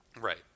Right